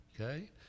okay